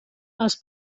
els